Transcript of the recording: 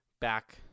back